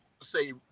say